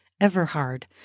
Everhard